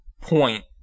...point